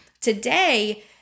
Today